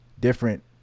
different